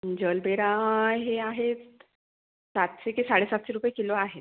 gerbera हे आहेत सातशे ते साडे सातशे किलो आहे